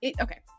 okay